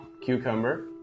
Cucumber